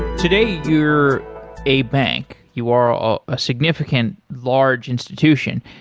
today, you're a bank. you are ah a significant large institution.